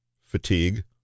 fatigue